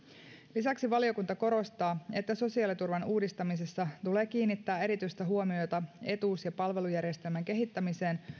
lisäksi valiokunta korostaa että sosiaaliturvan uudistamisessa tulee kiinnittää erityistä huomiota etuus ja palvelujärjestelmän kehittämiseen